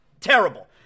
Terrible